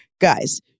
Guys